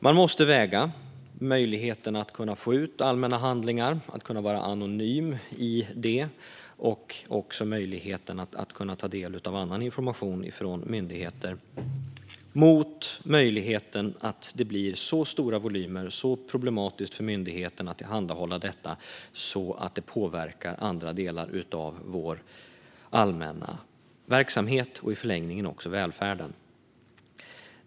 Man måste väga möjligheten att få ut allmänna handlingar och att kunna vara anonym i detta och också möjligheten att ta del av annan information från myndigheter mot möjligheten att det blir så stora volymer och så problematiskt för myndigheterna att tillhandahålla detta att det påverkar andra delar av vår allmänna verksamhet och i förlängningen också välfärden.